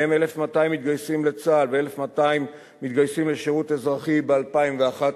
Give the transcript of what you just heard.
מהם 1,200 מתגייסים לצה"ל ו-1,200 מתגייסים לשירות אזרחי ב-2011,